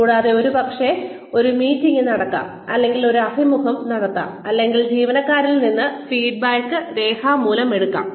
കൂടാതെ ഒരുപക്ഷേ ഒരു മീറ്റിംഗ് നടക്കാം അല്ലെങ്കിൽ ഒരു അഭിമുഖം നടക്കാം അല്ലെങ്കിൽ ജീവനക്കാരിൽ നിന്ന് ഫീഡ്ബാക്ക് രേഖാമൂലം എടുക്കാം